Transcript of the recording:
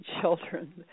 children